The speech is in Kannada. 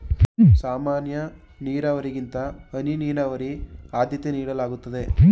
ಸಾಮಾನ್ಯ ನೀರಾವರಿಗಿಂತ ಹನಿ ನೀರಾವರಿಗೆ ಆದ್ಯತೆ ನೀಡಲಾಗುತ್ತದೆ